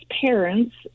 parents